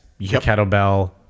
kettlebell